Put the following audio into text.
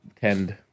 tend